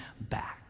back